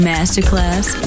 Masterclass